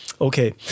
Okay